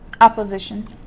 opposition